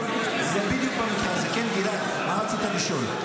אני רק רוצה להבין במסגרת מושג האכיפה הבררנית,